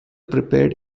prepared